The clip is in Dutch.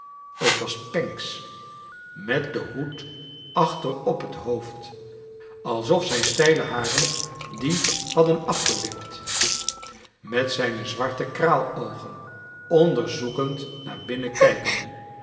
t was pancks met den hoed achter op net hoofd alsof zijn steile haren dien hadden afgewipt met zijne zwarte kraal oogen onderzoekend naar binnen kijkende